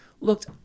looked